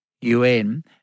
UN